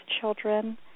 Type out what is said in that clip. children